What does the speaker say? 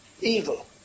evil